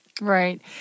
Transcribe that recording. Right